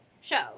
show